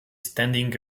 standing